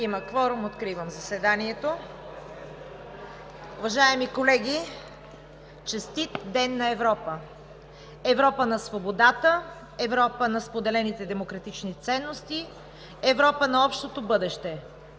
Има кворум. Откривам заседанието. (Звъни.) Уважаеми колеги, честит Ден на Европа! Европа на свободата, Европа на споделените демократични ценности, Европа на общото бъдеще,